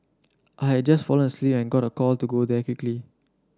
I had just fallen asleep and got a call to go there quickly